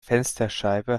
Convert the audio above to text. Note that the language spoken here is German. fensterscheibe